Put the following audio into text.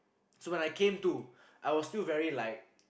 so when I came to I was still very like